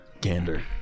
Gander